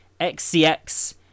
XCX